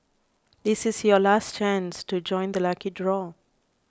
this is your last chance to join the lucky draw